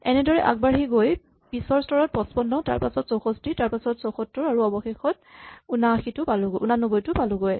এনেদৰে আগবাঢ়ি গৈ আমি পিছৰ স্তৰত ৫৫ তাৰপাছত ৬৪ তাৰপাছত ৭৪ আৰু অৱশেষত ৮৯ পালোগৈ